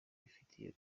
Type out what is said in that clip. bifite